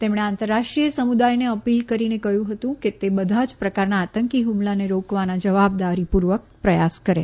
તેમણે આંતરરાષ્ટ્રીય સમુદાયને અપીલ કરીને કહ્યું હતું કે તે બધા જ પ્રકારના આતંકી હુમલાને રોકવાના જવાબદારીપૂર્વક પ્રયાસ કરે